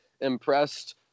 impressed